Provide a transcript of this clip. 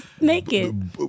naked